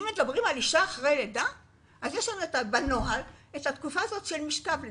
יש לנו בנוהל התייחסות לתקופה של משכב לידה,